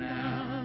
now